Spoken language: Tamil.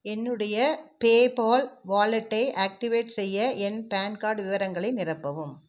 என்னுடைய பேபால் வாலெட்டை ஆக்டிவேட் செய்ய என் பான் கார்டு விவரங்களை நிரப்பவும்